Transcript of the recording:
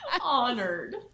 Honored